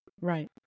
Right